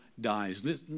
dies